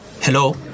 Hello